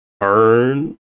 earn